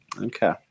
Okay